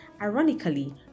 ironically